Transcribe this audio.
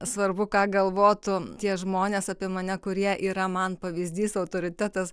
svarbu ką galvotų tie žmonės apie mane kurie yra man pavyzdys autoritetas